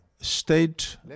state